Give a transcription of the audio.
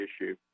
issue